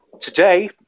Today